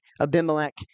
Abimelech